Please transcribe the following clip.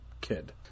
kid